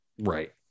Right